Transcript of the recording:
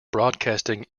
broadcasting